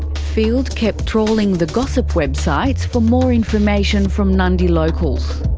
field kept trawling the gossip websites for more information from nadi locals.